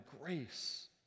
grace